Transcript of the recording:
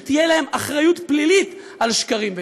שתהיה להם אחריות פלילית על שקרים ודיבה.